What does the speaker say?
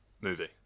movie